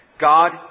God